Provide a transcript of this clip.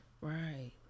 Right